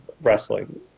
wrestling